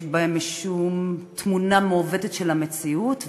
יש בהם משום תמונה מעוותת של המציאות,